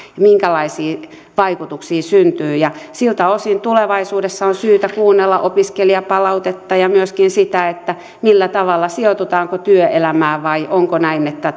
minkälaisia vaikutuksia syntyy siltä osin tulevaisuudessa on syytä kuunnella opiskelijapalautetta ja myöskin sitä millä tavalla toimitaan sijoitutaanko työelämään vai onko näin että